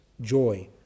joy